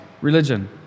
religion